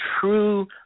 true